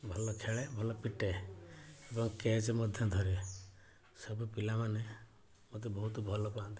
ଭଲ ଖେଳେ ଭଲ ପିଟେ ଏବଂ କ୍ୟାଚ୍ ମଧ୍ୟ ଧରେ ସବୁ ପିଲାମାନେ ମୋତେ ବହୁତ ଭଲ ପାଆନ୍ତି